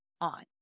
on